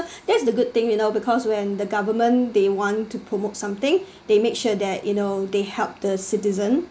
that's the good thing you know because when the government they want to promote something they make sure that you know they help the citizen